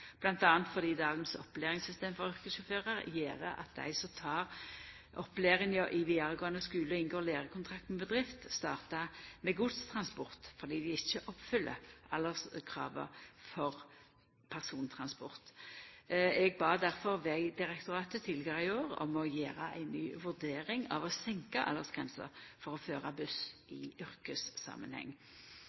fordi dagens opplæringssystem for yrkessjåførar gjer at dei som tek opplæringa i vidaregåande skule og inngår lærekontrakt med bedrift, startar med godstransport fordi dei ikkje oppfyller alderskrava for persontransport. Eg bad difor Vegdirektoratet tidlegare i år om å gjera ei ny vurdering av å senka aldersgrensa for å føra buss i yrkessamanheng.